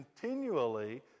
continually